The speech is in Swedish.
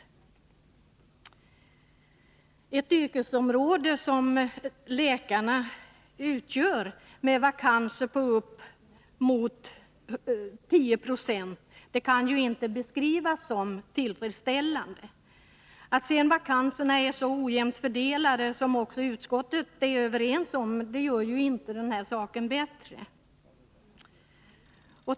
Läkarnas yrkesområde med vakanser på upp emot 10 90 kan inte beskrivas såsom tillfredsställande. Att vakanserna sedan är så ojämnt fördelade — vilket utskottet också har konstaterat — gör inte saken bättre.